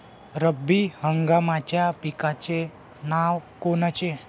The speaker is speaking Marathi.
रब्बी हंगामाच्या पिकाचे नावं कोनचे?